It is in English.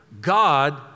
God